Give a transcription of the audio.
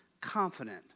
confident